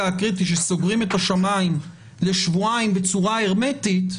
הקריטי שסוגרים את השמים לשבועיים בצורה הרמטית,